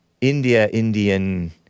India-Indian